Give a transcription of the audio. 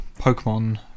Pokemon